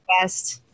best